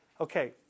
Okay